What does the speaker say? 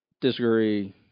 disagree